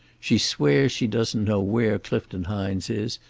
she swears she doesn't know where clifton hines is,